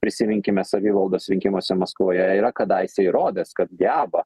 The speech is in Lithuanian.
prisiminkime savivaldos rinkimuose maskvoje yra kadaise įrodęs kad geba